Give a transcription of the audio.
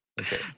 Okay